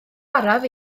araf